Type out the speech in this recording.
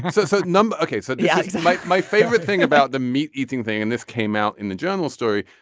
so so no. okay. so yeah i might. my favorite thing about the meat eating thing and this came out in the journal story